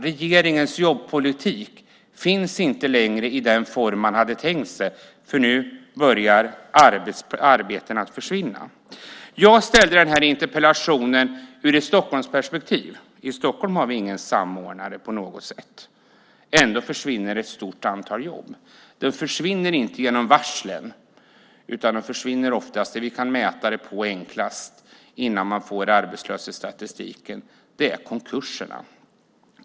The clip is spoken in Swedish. Regeringens jobbpolitik finns inte längre i den form man hade tänkt sig. Nu börjar arbeten försvinna. Jag ställde den här interpellationen ur ett Stockholmsperspektiv. I Stockholm har vi ingen samordnare på något sätt. Ändå försvinner det ett stort antal jobb. De försvinner inte genom varslen utan oftast - det kan vi enkelt mäta innan man får arbetslöshetsstatistiken - genom konkurser.